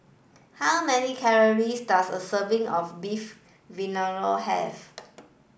how many calories does a serving of Beef Vindaloo have